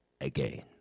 again